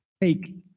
take –